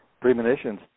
Premonitions